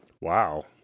Wow